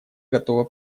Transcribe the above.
готова